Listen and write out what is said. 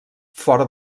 fora